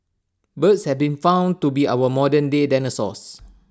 birds has been found to be our modernday dinosaurs